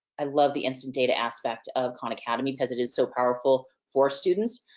i love the instant data aspect of khan academy cause it is so powerful, for students.